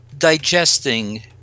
digesting